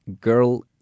girl